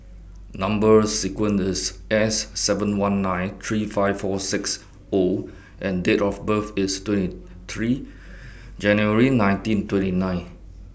Number sequence IS S seven one nine three five four six O and Date of birth IS twenty three January nineteen twenty nine